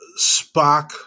Spock